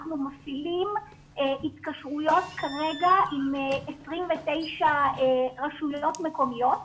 אנחנו מפעילים התקשרויות כרגע עם 29 רשויות מקומיות,